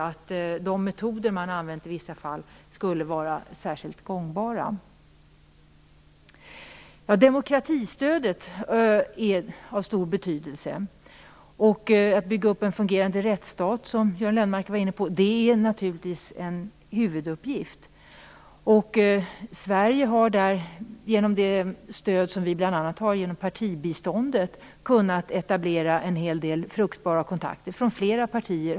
Är de metoder som man i vissa fall har använt särskilt gångbara? Demokratistödet är av stor betydelse, och att bygga upp en fungerande rättsstat, som Göran Lennmarker var inne på, är naturligtvis en huvuduppgift. Sverige har bl.a. genom partibiståndet kunnat etablera en hel del fruktbara kontakter på det området.